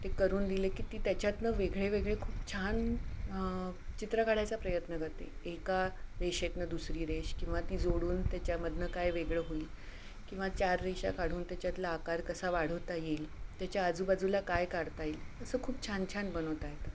ते करून दिले की ती त्याच्यातून वेगळे वेगळे खूप छान चित्र काढायचा प्रयत्न करते एका रेषेतून दुसरी रेषा किंवा ती जोडून त्याच्यामधून काय वेगळं होईल किंवा चार रेषा काढून त्याच्यातला आकार कसा वाढवता येईल त्याच्या आजूबाजूला काय काढता येईल असं खूप छान छान बनवता येतं